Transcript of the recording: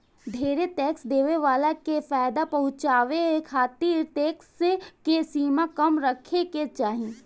ढेरे टैक्स देवे वाला के फायदा पहुचावे खातिर टैक्स के सीमा कम रखे के चाहीं